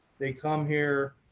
they come here.